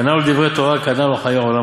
קנה לו דברי תורה, קנה לו חיי העולם